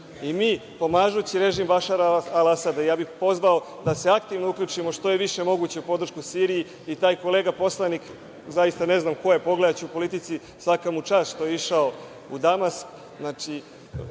I mi, pomažući režim Bašara el Asada, ja bih pozvao da se aktivno uključimo, što je više moguće, u podršku Siriji i taj kolega poslanik, zaista ne znam ko je, pogledaću u Politici, svaka mu čast što je išao u Damask.